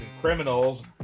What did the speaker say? criminals